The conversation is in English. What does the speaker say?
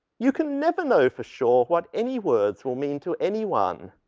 you can never know for sure what any words will mean to anyone.